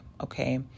okay